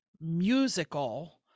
musical